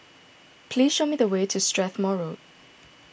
please show me the way to Strathmore Road